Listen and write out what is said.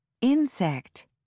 Insect